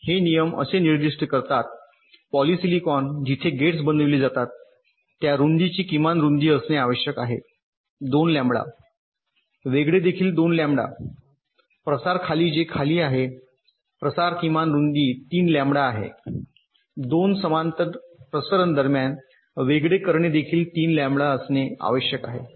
तर हे नियम असे निर्दिष्ट करतात पॉलीसिलिकॉन जिथे गेट्स बनविले जातात त्या रूंदीची किमान रुंदी असणे आवश्यक आहे 2 लॅम्बडा वेगळे देखील 2लॅम्बडा प्रसार खाली जे खाली आहे प्रसार किमान रुंदी 3 लॅम्बडा आहे 2 समांतर प्रसरण दरम्यान वेगळे करणे देखील 3 लॅम्बडा असणे आवश्यक आहे